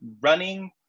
running